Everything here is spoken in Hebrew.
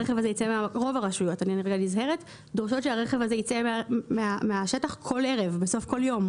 רוב הרשויות היום דורשות שהרכב הזה יצא מן השטח בסוף כל יום.